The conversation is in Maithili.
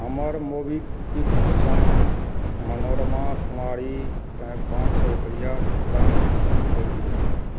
हमर मोबीक्विक सँ मनोरमा कुमारीकेँ पाँच सए रुपैया भुगतानकऽ दियौ